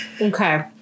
Okay